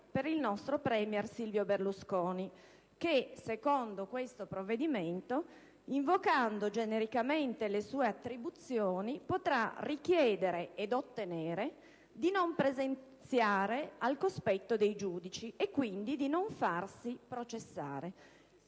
per il nostro *premier*, Silvio Berlusconi, che sulla base di questo provvedimento, invocando genericamente le sue attribuzioni, potrà richiedere ed ottenere di non presenziare al cospetto dei giudici, quindi di non farsi processare.